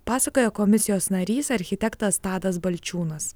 pasakojo komisijos narys architektas tadas balčiūnas